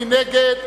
מי נגד?